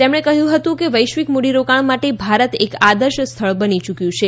તેમણે કહ્યું હતું કે વૈશ્વિક મૂડીરોકાણ માટે ભારત એક આદર્શ સ્થળ બની યૂક્યું છે